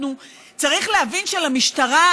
צריך להבין שלמשטרה,